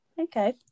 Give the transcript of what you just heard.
okay